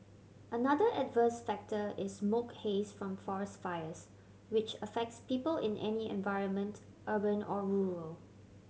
another adverse factor is smoke haze from forest fires which affects people in any environment urban or rural